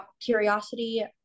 curiosity